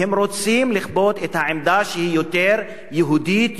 והם רוצים לכפות את העמדה שהיא יותר יהודית,